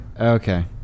Okay